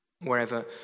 wherever